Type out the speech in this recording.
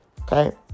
Okay